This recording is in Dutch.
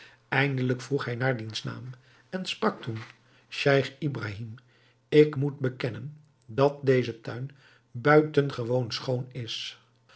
eindelijk vroeg hij naar diens naam en sprak toen scheich ibrahim ik moet bekennen dat deze tuin buitengewoon schoon is